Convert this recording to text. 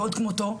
ועוד כמותו,